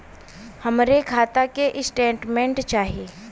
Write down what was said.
हमरे खाता के स्टेटमेंट चाही?